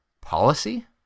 policy